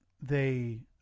they-